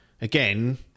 again